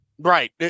Right